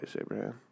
Abraham